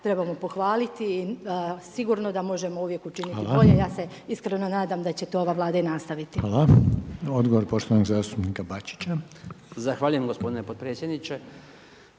trebamo pohvaliti, sigurno da možemo uvijek učiniti bolje, ja se iskreno nadam da će to ova Vlada i nastaviti. **Reiner, Željko (HDZ)** Hvala. Odgovor poštovanog zastupnika Bačića. **Bačić, Branko (HDZ)** Zahvaljujem gospodine potpredsjedniče.